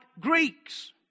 Greeks